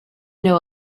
know